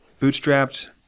bootstrapped